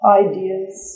ideas